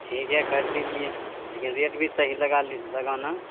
ठीक है कर दीजिए लेकिन रेट भी सही लगा ली लगाना